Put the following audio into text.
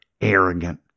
arrogant